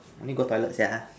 I need go toilet sia